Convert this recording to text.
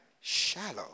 shallow